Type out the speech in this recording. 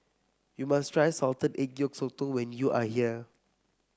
you must try Salted Egg Yolk Sotong when you are here